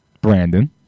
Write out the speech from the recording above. Brandon